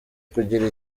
kugira